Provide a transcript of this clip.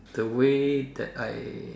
the way that I